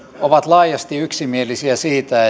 ovat laajasti yksimielisiä siitä